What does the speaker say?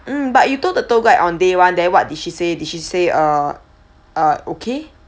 mm but you told the tour guide on day one then what did she say did she say uh uh okay